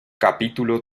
capítulo